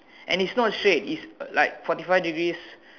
and it's not shade is like forty five degrees